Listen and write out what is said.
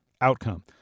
outcome